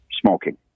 smoking